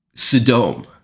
Sodom